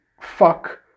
fuck